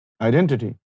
identity